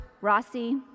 Rossi